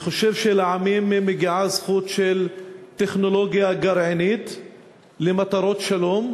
אני חושב שלעמים מגיעה זכות לטכנולוגיה גרעינית למטרות שלום,